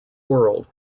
world